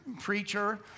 preacher